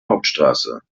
hauptstraße